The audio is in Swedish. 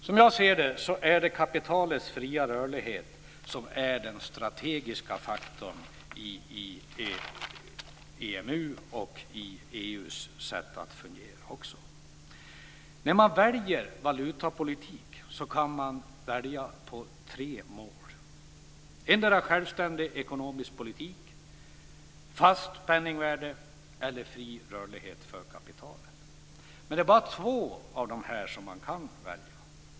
Som jag ser det är det kapitalets fria rörlighet som är den strategiska faktorn i EMU och också i EU:s sätt att fungera. När man väljer valutapolitik kan man välja mellan tre mål, endera självständig ekonomisk politik, fast penningvärde eller fri rörlighet för kapitalet. Men det är bara två av dessa som man kan välja.